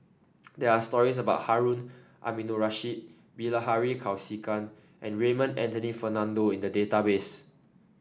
there are stories about Harun Aminurrashid Bilahari Kausikan and Raymond Anthony Fernando in the database